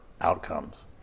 outcomes